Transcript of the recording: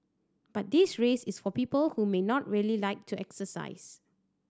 but this race is for people who may not really like to exercise